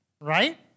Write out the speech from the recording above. Right